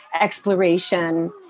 exploration